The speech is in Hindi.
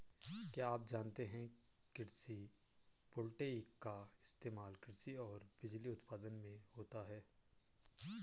क्या आप जानते है कृषि वोल्टेइक का इस्तेमाल कृषि और बिजली उत्पादन में होता है?